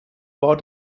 war